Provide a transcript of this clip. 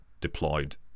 deployed